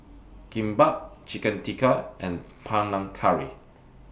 Kimbap Chicken Tikka and Panang Curry